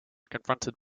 confronted